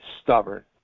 stubborn